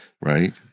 Right